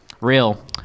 Real